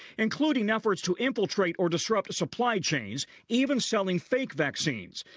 including efforts to infiltrate or disrupt supply chains even selling fake vaccines.